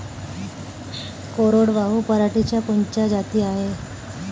कोरडवाहू पराटीच्या कोनच्या जाती हाये?